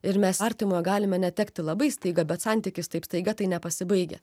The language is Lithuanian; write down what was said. ir mes artimojo galime netekti labai staiga bet santykis taip staiga tai nepasibaigia